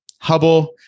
Hubble